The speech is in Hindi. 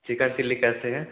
चिकन चिल्ली कैसे है